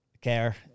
care